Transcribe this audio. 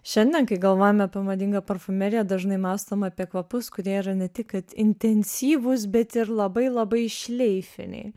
šiandien kai galvojame apie madingą parfumeriją dažnai mąstom apie kvapus kurie yra ne tik kad intensyvus bet ir labai labai šleifiniai